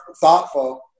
thoughtful